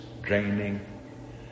draining